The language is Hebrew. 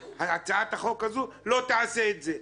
הצעת החוק הזאת לא תעשה את זה.